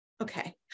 Okay